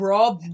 Rob